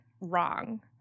wrong